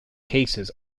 cases